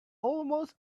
almost